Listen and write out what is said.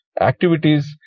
activities